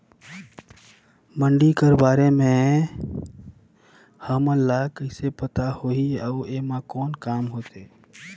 मंडी कर बारे म हमन ला कइसे पता होही अउ एमा कौन काम होथे?